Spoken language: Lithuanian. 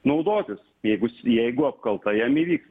naudotis jei bus jeigu apkalta jam įvyks